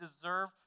deserve